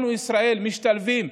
אנחנו משתלבים,